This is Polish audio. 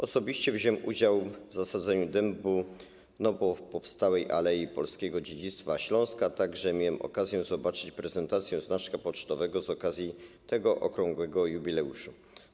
Osobiście wziąłem udział w zasadzeniu dębu w nowo powstałej al. Polskiego Dziedzictwa Śląska, a także miałem okazję zobaczyć prezentację znaczka pocztowego z okazji tego okrągłego jubileuszu.